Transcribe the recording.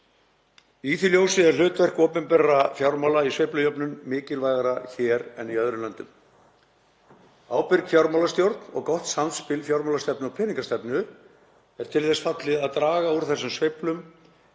Í því ljósi er hlutverk opinberra fjármála í sveiflujöfnun mikilvægara hér en í öðrum löndum. Ábyrg fjármálastjórn og gott samspil fjármálastefnu og peningastefnu er til þess fallið að draga úr þessum sveiflum